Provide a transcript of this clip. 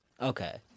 okay